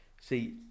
See